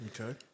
Okay